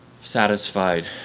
satisfied